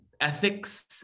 ethics